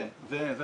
כן, זה הפילוח.